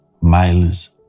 miles